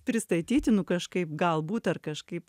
pristatyti nu kažkaip galbūt ar kažkaip